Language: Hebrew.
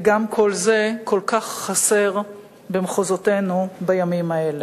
וגם כל זה כל כך חסר במחוזותינו בימים האלה.